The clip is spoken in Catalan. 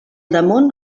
damunt